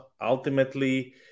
ultimately